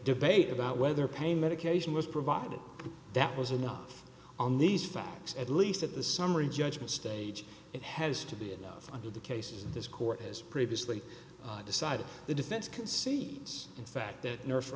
debate about whether pain medication was provided that was enough on these facts at least at the summary judgment stage it has to be enough under the cases that this court has previously decided the defense can see it's in fact that nurse